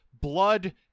blood